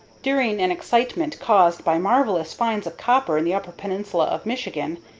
during an excitement caused by marvellous finds of copper in the upper peninsula of michigan,